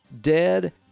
dead